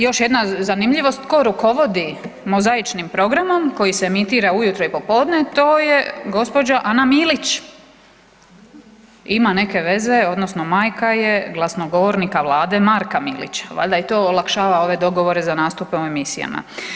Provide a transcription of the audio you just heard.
Još jedna zanimljivost, ko rukovodi Mozaičnim programom koji se emitira ujutro i popodne, to je gđa. Ana Milić, ima neke veze odnosno majka je glasnogovornika vlade Marka Milića, valjda joj to olakšava ove dogovore za nastupe u emisijama.